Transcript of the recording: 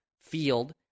field